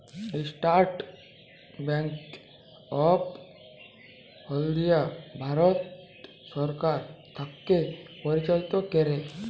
State Bank of India Bharat সরকার থ্যাকে পরিচালিত ক্যরে